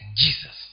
jesus